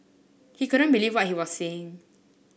he couldn't believe what he was seeing